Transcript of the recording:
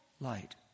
Light